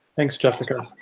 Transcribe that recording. thanks, jessica.